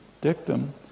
dictum